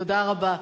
תודה רבה.